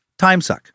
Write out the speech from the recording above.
timesuck